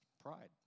pride